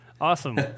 Awesome